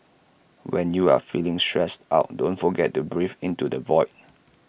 when you are feeling stressed out don't forget to breathe into the void